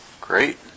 Great